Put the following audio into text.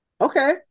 Okay